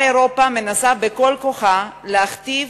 שבה אירופה מנסה בכל כוחה להכתיב